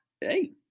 Hey